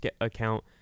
account